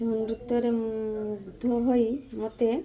ଛଉ ନୃତ୍ୟରେ ମୁଗ୍ଧ ହୋଇ ମୋତେ